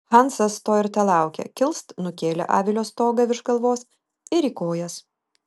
hansas to ir telaukė kilst nukėlė avilio stogą virš galvos ir į kojas